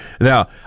Now